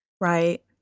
Right